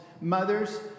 Mothers